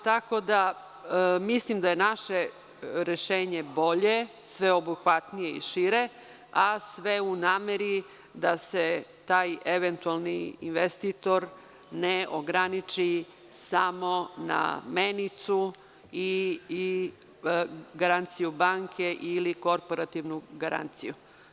Tako da, mislim da je naše rešenje bolje, sveobuhvatnije i šire, a sve u nameri da se taj eventualni investitor ne ograniči samo na menicu i garanciju banke ili korporativnu garanciju.